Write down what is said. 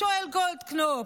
שואל גולדקנופ.